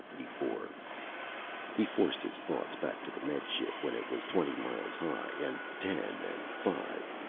before he forced his thoughts back to the med ship when it was twenty miles high, and ten, and five.